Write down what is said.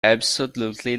absolutely